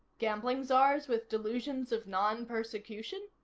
gambling czars with delusions of non-persecution?